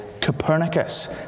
Copernicus